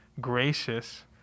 gracious